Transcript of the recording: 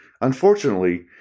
Unfortunately